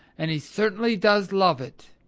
and he certainly does love it.